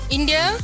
India